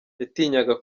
yatinyaga